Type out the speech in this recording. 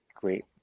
great